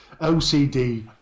OCD